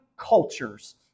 cultures